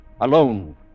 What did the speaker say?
alone